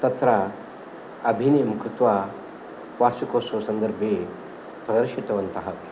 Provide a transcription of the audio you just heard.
तत्र अभिनयं कृत्वा वार्षिकोत्सवसन्दर्भे प्रदर्शितवन्तः